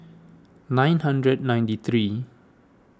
nine hundred ninety three